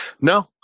No